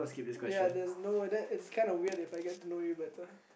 ya there's no whether then it's kind of weird If I get to know you better